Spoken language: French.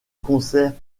concert